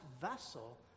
vessel